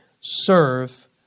Serve